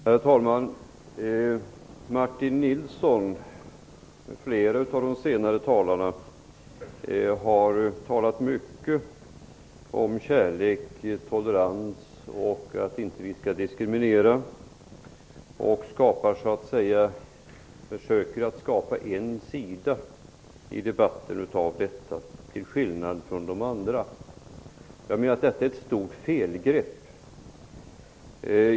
Herr talman! Martin Nilsson och flera av de senare talarna har talat mycket om kärlek, tolerans och att vi inte skall diskriminera. De försöker genom detta att skapa en sida i debatten till skillnad från de andra. Detta är ett stort felgrepp.